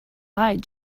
lied